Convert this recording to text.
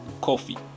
Coffee